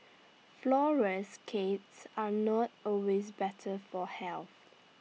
flourless are not always better for health